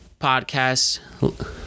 Podcast